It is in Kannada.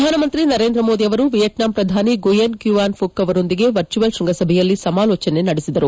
ಪ್ರಧಾನಮಂತ್ರಿ ನರೇಂದ್ರ ಮೋದಿ ಅವರು ವಿಯಟ್ನಾಂ ಪ್ರಧಾನಿ ಗುಯೆನ್ ಕ್ಚುವಾನ್ ಫುಕ್ ಅವರೊಂದಿಗೆ ವರ್ಚುಯಲ್ ಶೃಂಗ ಸಭೆಯಲ್ಲಿ ಸಮಾಲೋಚನೆ ನಡೆಸಿದರು